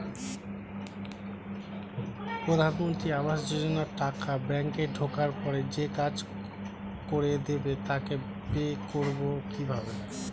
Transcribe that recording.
প্রধানমন্ত্রী আবাস যোজনার টাকা ব্যাংকে ঢোকার পরে যে কাজ করে দেবে তাকে পে করব কিভাবে?